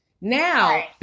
Now